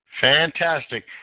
Fantastic